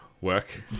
work